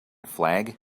flag